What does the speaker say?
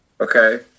Okay